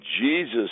jesus